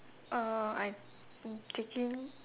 uh I am taking